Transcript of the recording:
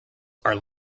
are